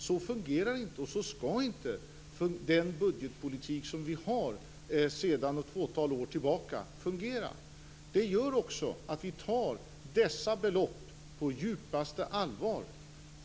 Så fungerar det inte, och så skall inte den budgetpolitik som vi har sedan ett fåtal år fungera. Det gör också att vi tar dessa belopp på djupaste allvar.